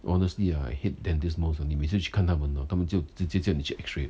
honestly ah I hate them this most only 每次去看他们 orh 直接叫你去 x-ray